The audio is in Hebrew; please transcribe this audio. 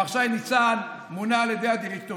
ומר שי ניצן מונה על ידי הדירקטוריון,